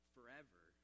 Forever